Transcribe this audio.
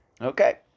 Okay